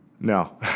no